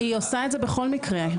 היא עושה זאת בכל מקרה.